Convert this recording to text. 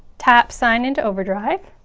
tap sign into overdrive